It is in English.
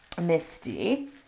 Misty